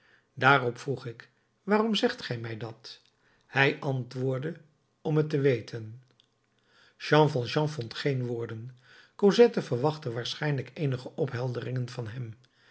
daarop vroeg ik waarom zegt ge mij dat hij antwoordde om het te weten jean valjean vond geen woorden cosette verwachtte waarschijnlijk eenige ophelderingen van hem